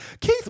Keith